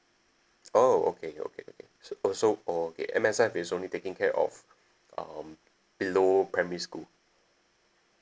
orh okay okay okay so oh so okay M_S_F is only taking care of um below primary school